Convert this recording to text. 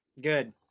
good